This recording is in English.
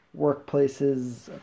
workplaces